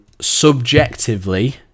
subjectively